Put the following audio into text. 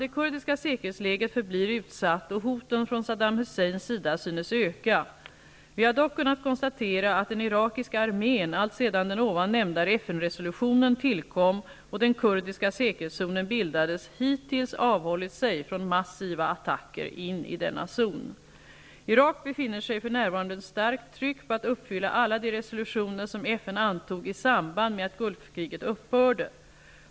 Det kurdiska säkerhetsläget förblir utsatt, och hoten från Saddam Husseins sida synes öka. Vi har dock kunnat konstatera att den irakiska armén, alltsedan den ovan nämnda FN-resolutionen tillkom och den kurdiska säkerhetszonen bildades, hittills avhållit sig från massiva attacker in i denna zon. Irak befinner sig för närvarande under starkt tryck på att uppfylla alla de resolutioner som FN antog i samband med att Gulfkriget upphörde.